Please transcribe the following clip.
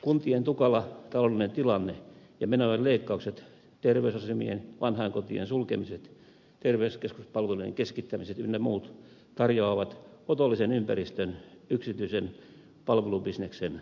kuntien tukala taloudellinen tilanne ja menojen leikkaukset terveysasemien vanhainkotien sulkemiset terveyskeskuspalveluiden keskittämiset ynnä muut tarjoavat otollisen ympäristön yksityisen palvelubisneksen kasvulle